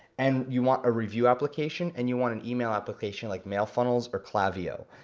and you want a review application, and you want an email application like mailfunnels or klaviyo.